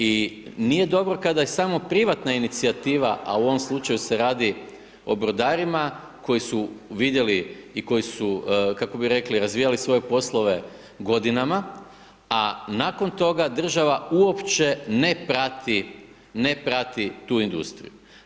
I nije dobro kada je samo privatna inicijativa, a u ovom slučaju se radi o brodarima, koji su vidjeli i koji su, kako bi rekli, razvijali svoje poslove godinama, a nakon toga, država uopće ne prati tu industriju.